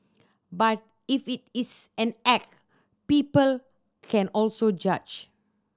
but if it its an act people can also judge